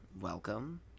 Welcome